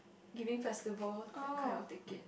giving festival that kind of ticket